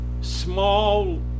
Small